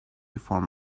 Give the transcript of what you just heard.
before